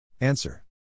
answer